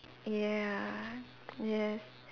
ya yes